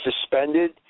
suspended